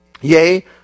Yea